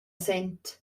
sent